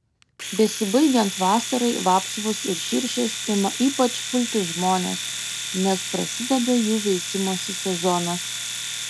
besibaigiant vasarai vapsvos ir širšės ima ypač pulti žmones nes prasideda jų veisimosi sezonas